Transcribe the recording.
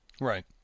right